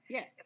Yes